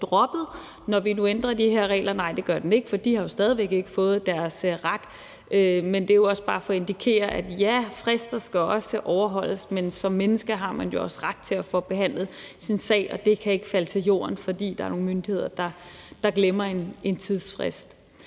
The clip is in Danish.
droppet, når vi nu ændrer de her regler. Nej, det bliver den ikke, for de har jo stadig væk ikke opnået retfærdighed. Men det er jo også bare for at indikere, at ja, frister skal overholdes, men som menneske har man også ret til at få behandlet sin sag, og den kan ikke falde til jorden, fordi der er nogle myndigheder, der glemmer en tidsfrist.